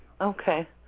Okay